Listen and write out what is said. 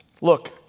Look